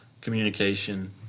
communication